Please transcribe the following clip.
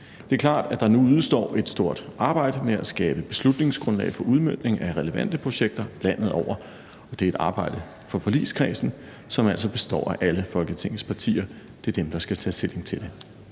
Det er klart, at der nu udestår et stort arbejde med at skabe beslutningsgrundlag for udmøntning af relevante projekter landet over, og det er et arbejde for forligskredsen, som altså består af alle Folketingets partier. Det er dem, der skal tage stilling til det.